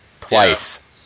twice